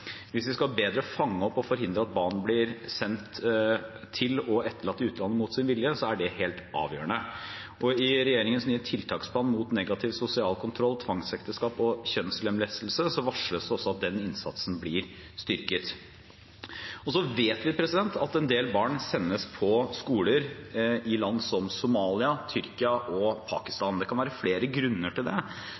Hvis vi skal bedre fange opp og forhindre at barn blir sendt til og etterlatt i utlandet mot sin vilje, er det helt avgjørende. I regjeringens nye tiltaksplan mot negativ sosial kontroll, tvangsekteskap og kjønnslemlestelse varsles det at den innsatsen blir styrket. Vi vet at en del barn sendes på skoler i land som Somalia, Tyrkia og Pakistan. Det kan være flere grunner til det.